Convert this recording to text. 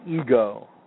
ego